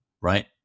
right